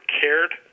cared